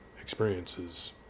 experiences